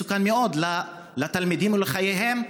מסוכן מאוד לתלמידים ולחייהם,